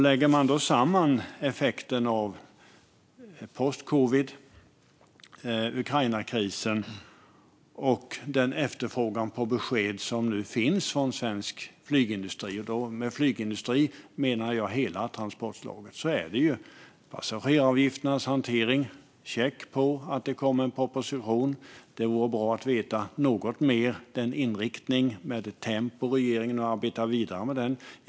Lägger man samman effekten av "post corona", Ukrainakrisen och den efterfrågan på besked som nu finns från svensk flygindustri - med flygindustri menar jag hela transportslaget - handlar det om passageraravgifternas hantering och check på att det kommer en proposition. Det vore bra att veta något mer om den inriktning och om det tempo som man arbetar vidare med propositionen.